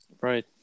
Right